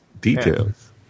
details